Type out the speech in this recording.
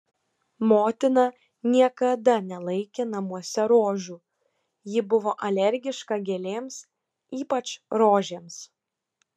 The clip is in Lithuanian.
motina niekada nelaikė namuose rožių ji buvo alergiška gėlėms ypač rožėms